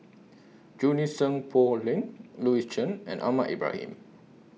Junie Sng Poh Leng Louis Chen and Ahmad Ibrahim